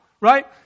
right